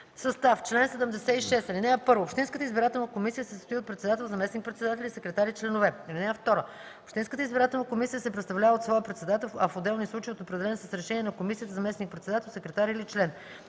„Състав Чл. 76. (1) Общинската избирателна комисия се състои от председател, заместник-председатели, секретар и членове. (2) Общинската избирателна комисия се представлява от своя председател, а в отделни случаи – от определен с решение на комисията заместник-председател, секретар или член.